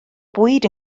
bwyd